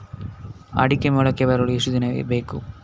ಅಡಿಕೆ ಮೊಳಕೆ ಬರಲು ಎಷ್ಟು ದಿನ ಬೇಕು?